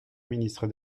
ministre